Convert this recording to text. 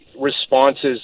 responses